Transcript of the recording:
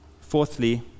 Fourthly